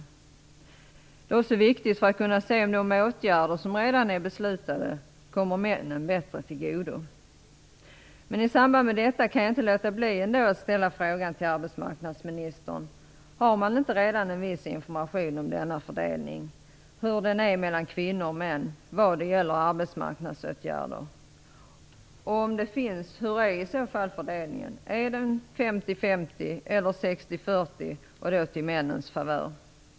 Detta är också viktigt för att man skall kunna se efter om de åtgärder som redan är beslutade kommer männen bättre till godo. I samband med detta kan jag dock inte låta bli att ställa frågan till arbetsmarknadsministern: Har man inte redan en viss information om hur denna fördelning mellan kvinnor och män ser ut när det gäller arbetsmarknadsåtgärder? Om denna information finns, hur är i så fall fördelningen? Är den 50-50 eller 60-40 till männens favör?